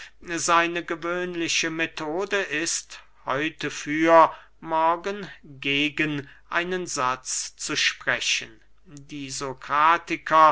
seine gewöhnliche methode ist heute für morgen gegen einen satz zu sprechen die sokratiker